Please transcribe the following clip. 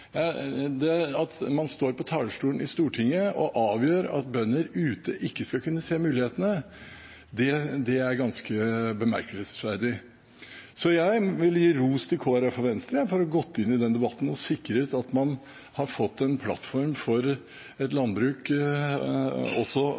Det at man står på talerstolen i Stortinget og avgjør at bønder ikke skal kunne se mulighetene, er ganske bemerkelsesverdig. Jeg vil gi ros til Kristelig Folkeparti og Venstre for å ha gått inn i debatten og sikret at man har fått en plattform for